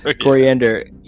Coriander